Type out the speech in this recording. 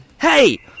Hey